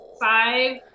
Five